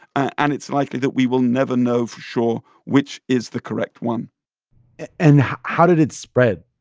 and it's likely that we will never know for sure which is the correct one and how did it spread?